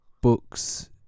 books